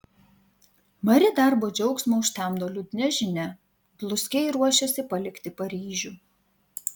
mari darbo džiaugsmą užtemdo liūdna žinia dluskiai ruošiasi palikti paryžių